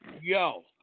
Yo